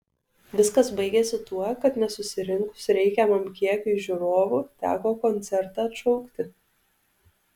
viskas baigėsi tuo kad nesusirinkus reikiamam kiekiui žiūrovų teko koncertą atšaukti